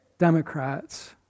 Democrats